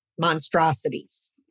monstrosities